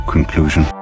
conclusion